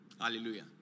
Hallelujah